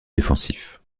défensif